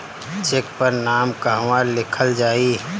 Check पर नाम कहवा लिखल जाइ?